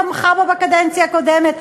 תמכה בה בקדנציה הקודמת,